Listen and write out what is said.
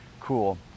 cool